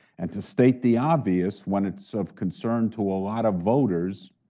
and to state the obvious, when it's of concern to a lot of voters,